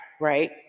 right